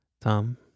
tom